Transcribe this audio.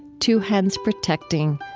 two hands protecting,